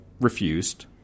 refused